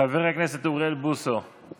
חבר הכנסת אוריאל בוסו.